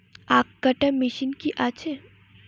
আখ কাটা মেশিন কি আছে?